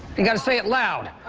you gotta say it loud.